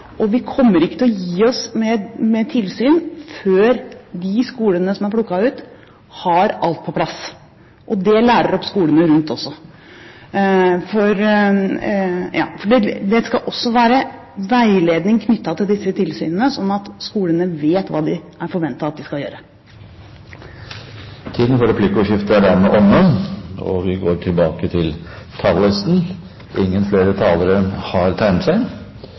Vi kommer ikke til å gi oss med tilsyn før de skolene som er plukket ut, har alt på plass, og det lærer opp skolene rundt også. Det skal også være veiledning knyttet til disse tilsynene, slik at skolene vet hva det forventes at de skal gjøre. Replikkordskiftet er omme. Flere har ikke bedt om ordet til sak nr. 1. Denne interpellasjonen er inspirert av det faktum at norske kommuner i svært ulik grad viser seg